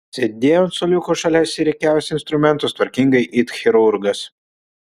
sėdėjo ant suoliuko šalia išrikiavęs instrumentus tvarkingai it chirurgas